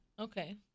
Okay